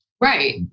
Right